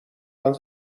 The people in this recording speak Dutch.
van